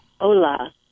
Ola